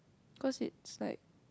cause it's like